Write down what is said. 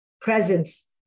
Presence